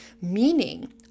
meaning